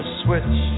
switch